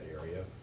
area